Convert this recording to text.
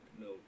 No